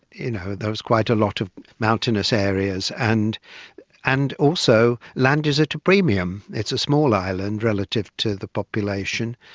you know, there was quite a lot of mountainous areas, and and also land is at a premium. it's a small island relative to the population,